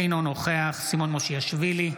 אינו נוכח סימון מושיאשוילי,